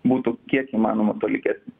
būtų kiek įmanoma tolygesnis